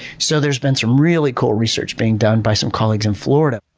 so there's been some really cool research being done by some colleagues in florida.